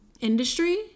industry